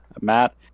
Matt